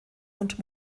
und